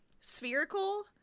spherical